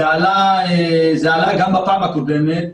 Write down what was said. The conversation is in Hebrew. זה עלה גם בפעם הקודמת.